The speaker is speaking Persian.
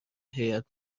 هیات